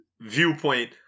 viewpoint